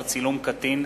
18) (צילום קטין),